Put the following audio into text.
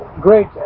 great